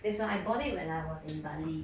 that's why I bought it when I was in bali